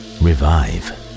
revive